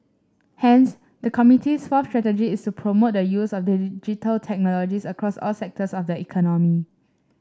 hence the committee's fourth strategy is promote the use of Digital Technologies across all sectors of the economy